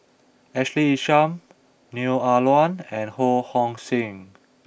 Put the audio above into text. Ashley Isham Neo Ah Luan and Ho Hong Sing